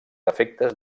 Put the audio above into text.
efectes